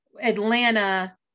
Atlanta